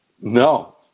no